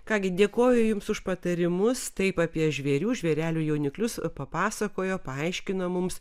ką gi dėkoju jums už patarimus taip apie žvėrių žvėrelių jauniklius papasakojo paaiškino mums